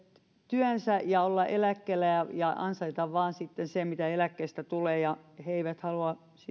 työnsä ja olla eläkkeellä ja ja ansaita vain sitten sen mitä eläkkeistä tulee he eivät halua